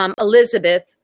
Elizabeth